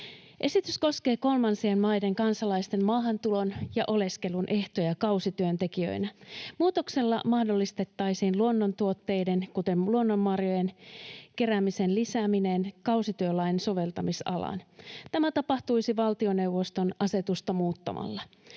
Esitys koskee kolmansien maiden kansalaisten maahantulon ja oleskelun ehtoja kausityöntekijöinä. Muutoksella mahdollistettaisiin luonnontuotteiden, kuten luonnonmarjojen, keräämisen lisääminen kausityölain soveltamisalaan. Tämä tapahtuisi valtioneuvoston asetusta muuttamalla.